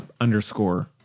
underscore